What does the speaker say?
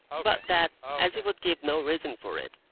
but that, as he would give no reason for it,